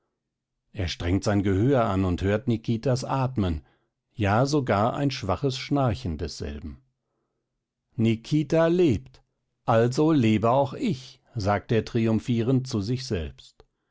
er strengt sein gehör an und hört nikitas atmen ja sogar ein schwaches schnarchen desselben nikita lebt also lebe auch ich sagt er triumphierend zu sich selbst